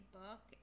book